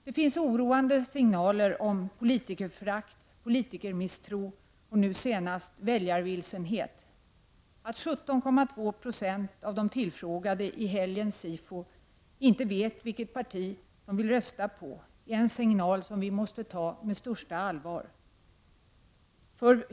Det finns oroande signaler om politikerförakt och politikermisstro samt nu senast om väljarvilsenhet. Att 17,2 96 av de tillfrågade i helgens SIFO undersökning inte vet vilket parti de vill rösta på är en signal som vi måste ta på största allvar.